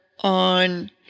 on